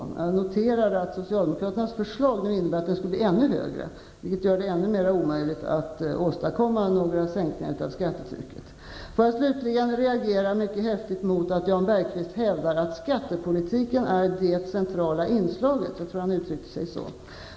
Jag noterar att socialdemokraternas förslag innebär att den skulle bli ännu högre, vilket gör det ännu mera omöjligt att åstadkomma några sänkningar av skattetrycket. Låt mig slutligen reagera mycket häftigt mot att Jan Bergqvist hävdar att skattepolitiken är det centrala inslaget -- jag tror att han uttryckte sig så.